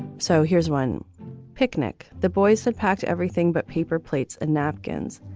so here's one picnic. the boys had packed everything but paper plates and napkins.